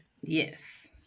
yes